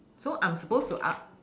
so I'm supposed to ask